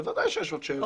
בוודאי שיש עוד שאלה.